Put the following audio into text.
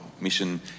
mission